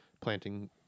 planting